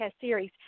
series